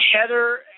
Heather